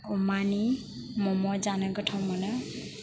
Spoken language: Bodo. अमानि मम' जानो गोथाव मोनो